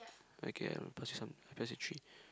okay I pass you some I pass you three